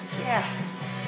Yes